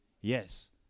Yes